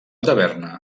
taverna